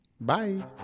Bye